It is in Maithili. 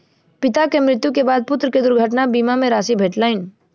पिता के मृत्यु के बाद पुत्र के दुर्घटना बीमा के राशि भेटलैन